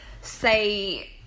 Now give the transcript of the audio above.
say